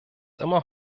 immer